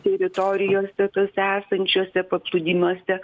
teritorijose tuose esančiuose paplūdimiuose